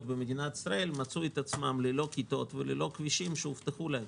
במדינת ישראל מצאו את עצמן ללא כיתות וללא כבישים שהובטחו להן.